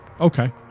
okay